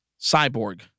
cyborg